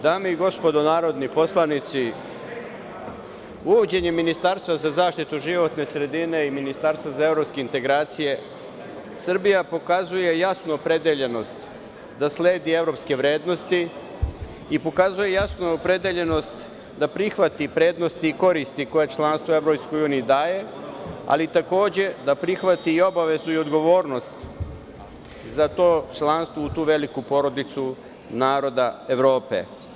Dame i gospodo narodni poslanici, uvođenjem ministarstva za zaštitu životne sredine i ministarstva za evropske integracije, Srbija pokazuje jasnu opredeljenost da sledi evropske vrednosti, i pokazuje jasnu opredeljenost da prihvati prednosti i koristi koje članstvo u EU daje, ali takođe da prihvati i obavezu i odgovornost za to članstvo u tu veliku porodicu naroda Evrope.